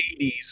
80s